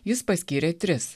jis paskyrė tris